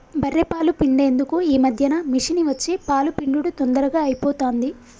బఱ్ఱె పాలు పిండేందుకు ఈ మధ్యన మిషిని వచ్చి పాలు పిండుడు తొందరగా అయిపోతాంది